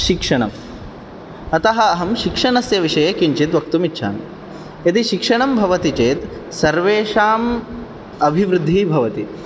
शिक्षणम् अतः अहं शिक्षणस्य विषये किञ्चित् वक्तुम् इच्छामि यदि शिक्षणं भवति चेत् सर्वेषाम् अभिवृद्धिः भवति